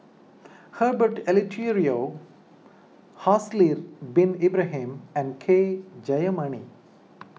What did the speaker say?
Herbert Eleuterio Haslir Bin Ibrahim and K Jayamani